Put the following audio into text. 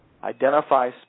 identify